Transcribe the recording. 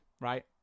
right